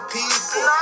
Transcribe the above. people